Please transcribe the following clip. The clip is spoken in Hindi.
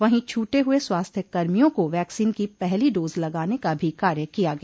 वहीं छूटे हुए स्वास्थ्य कर्मियों को वैक्सीन की पहली डोज लगाने का भी कार्य किया गया